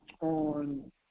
on